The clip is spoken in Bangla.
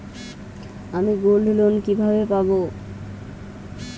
আমি গোল্ডলোন কিভাবে পাব?